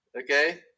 Okay